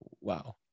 wow